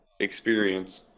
experience